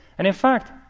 and in fact,